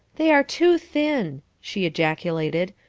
they are too thin, she ejaculated.